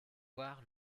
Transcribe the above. voir